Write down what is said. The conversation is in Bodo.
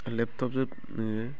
लेपटपजों नोङो